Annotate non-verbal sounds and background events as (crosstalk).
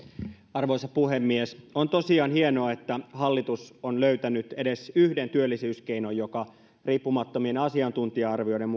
arvoisa puhemies on tosiaan hienoa että hallitus on löytänyt edes yhden työllisyyskeinon joka riippumattomien asiantuntija arvioiden (unintelligible)